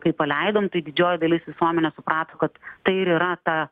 kai paleidom tai didžioji dalis visuomenės suprato kad tai ir yra ta